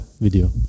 video